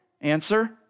Answer